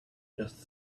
just